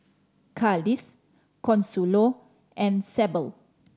Consuelo and Sable